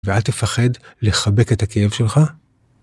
ואל תפחד לחבק את הכאב שלך.